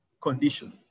condition